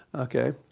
ok.